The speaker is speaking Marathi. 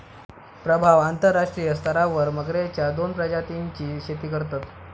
प्रभाव अंतरराष्ट्रीय स्तरावर मगरेच्या दोन प्रजातींची शेती करतत